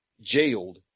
jailed